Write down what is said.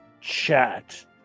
chat